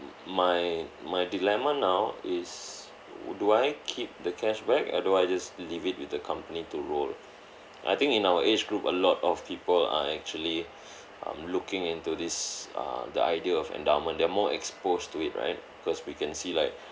my my dilemma now is do I keep the cashback or do I just leave it with the company to roll I think in our age group a lot of people are actually um looking into this err the idea of endowment they're more exposed to it right cause we can see like